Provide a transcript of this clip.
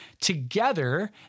together